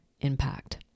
impact